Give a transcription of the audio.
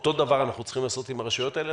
אותו הדבר אנחנו צריכים לעשות עם הרשויות האלה,